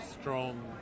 strong